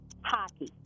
Hockey